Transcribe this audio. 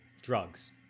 drugs